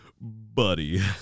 buddy